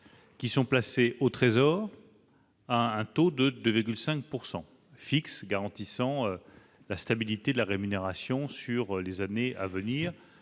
seront placés au Trésor, à un taux fixe de 2,5 % garantissant la stabilité de la rémunération sur les années à venir,